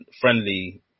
friendly